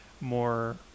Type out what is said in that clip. more